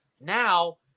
Now